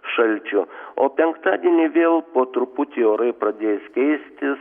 šalčiu o penktadienį vėl po truputį orai pradės keistis